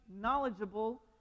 knowledgeable